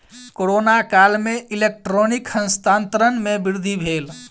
corona काल में electronic हस्तांतरण में वृद्धि भेल